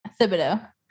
Thibodeau